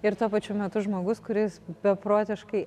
ir tuo pačiu metu žmogus kuris beprotiškai